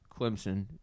Clemson